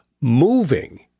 moving